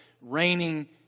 raining